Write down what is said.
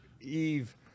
Eve